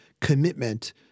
commitment